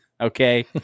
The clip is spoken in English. Okay